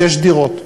שש דירות.